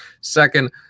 Second